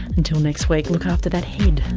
until next week, look after that head